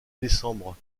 décembre